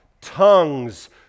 tongues